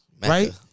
Right